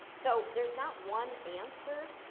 so, there's not one answer,